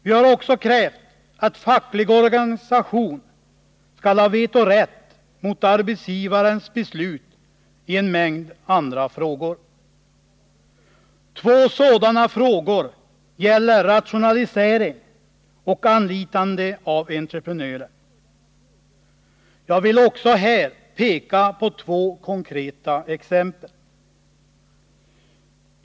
Vi har också krävt att facklig organisation skall ha vetorätt mot arbetsgivarens beslut i en mängd andra frågor. Två sådana frågor gäller rationalisering och anlitande av entreprenörer. Jag vill också här peka på två konkreta exempel.